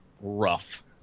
rough